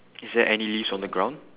is there any leaves on the ground